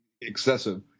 excessive